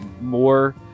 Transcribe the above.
more